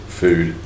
food